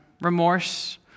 remorse